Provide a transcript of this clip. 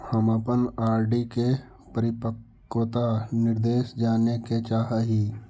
हम अपन आर.डी के परिपक्वता निर्देश जाने के चाह ही